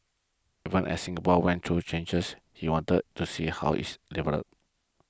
even as Singapore went to changes he wanted to see how it's developed